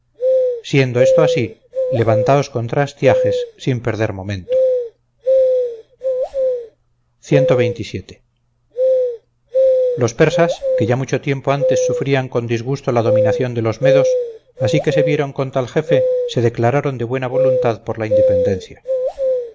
siendo esto así levantaos contra astiages sin perder momento los persas que ya mucho tiempo antes sufrían con disgusto la dominación de los medos así que se vieron con tal jefe se declararon de buena voluntad por la independencia